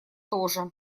тоже